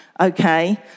Okay